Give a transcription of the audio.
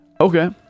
Okay